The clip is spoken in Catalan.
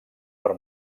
per